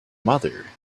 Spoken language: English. mother